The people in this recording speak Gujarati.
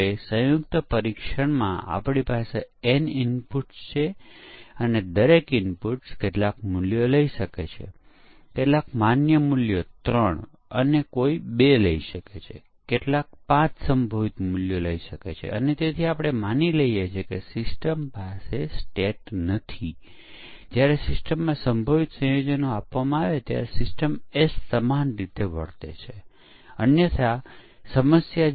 તેથી સકારાત્મક પરીક્ષણના કેસો જ્યારે ઇનપુટ્સ માન્ય હોય ત્યારે સોફ્ટવેરના કાર્યની તપાસ કરે છે અને નકારાત્મક પરીક્ષણના કેસો જ્યારે અમાન્ય ઇનપુટ્સ અથવા અનપેક્ષિત ઇનપુટ્સ આપવામાં આવે છે ત્યારે પ્રોગ્રામ બરોબાર રીતે વર્તે છે કે કેમ તે તપાસે છે